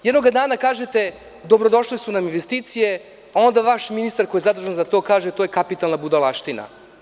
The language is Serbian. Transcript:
Jednog dana kažete – dobro došle su nam investicije, a onda vaš ministar koji je zadužen za to kaže – to je kapitalna budalaština.